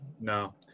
No